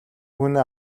хүнээ